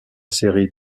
série